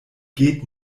geht